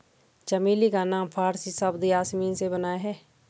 चमेली का नाम फारसी शब्द यासमीन से बना है